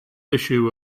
issue